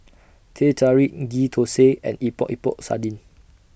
Teh Tarik Ghee Thosai and Epok Epok Sardin